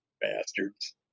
Bastards